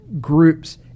groups